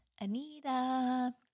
Anita